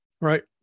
right